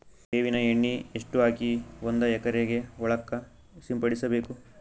ಬೇವಿನ ಎಣ್ಣೆ ಎಷ್ಟು ಹಾಕಿ ಒಂದ ಎಕರೆಗೆ ಹೊಳಕ್ಕ ಸಿಂಪಡಸಬೇಕು?